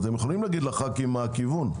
אתם יכולים לומר לח"כים מה הכיוון.